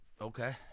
Okay